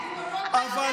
תחזיר לנו את החטופים,